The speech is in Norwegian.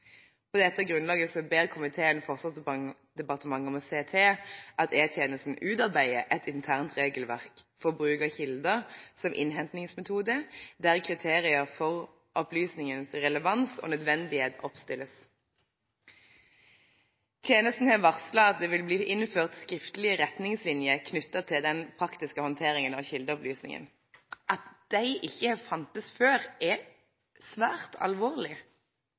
På dette grunnlaget ber komiteen Forsvarsdepartementet om å se til at E-tjenesten utarbeider et internt regelverk for bruk av kilder som innhentingsmetode, der kriterier for opplysningens relevans og nødvendighet oppstilles. Tjenesten har varslet at det vil bli innført skriftlige retningslinjer knyttet til den praktiske håndteringen av kildeopplysninger. At disse ikke har funnes før, er svært alvorlig.